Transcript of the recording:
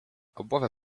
obławę